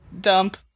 dump